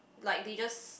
like they just